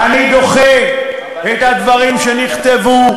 אני דוחה את הדברים שנכתבו,